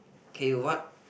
okay what